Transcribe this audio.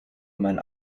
mein